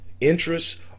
interests